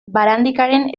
barandikaren